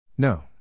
No